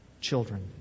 Children